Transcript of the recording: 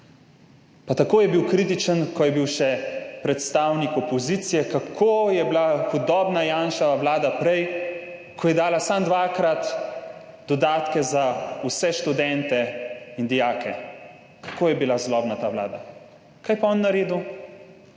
Pa tako je bil kritičen, ko je bil še predstavnik opozicije, kako je bila prej Janševa vlada hudobna, ko je dala samo dvakrat dodatke za vse študente in dijake, kako je bila zlobna ta vlada. Kaj je pa on naredil?